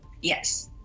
Yes